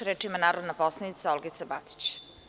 Reč ima narodna poslanica Olgica Batić.